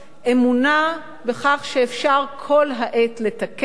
אמונה שאפשר כל העת לתקן.